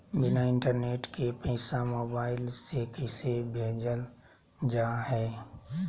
बिना इंटरनेट के पैसा मोबाइल से कैसे भेजल जा है?